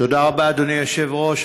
תודה רבה, אדוני היושב-ראש.